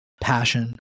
passion